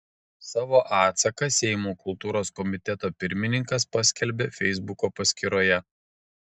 savo atsaką seimo kultūros komiteto pirmininkas paskelbė feisbuko paskyroje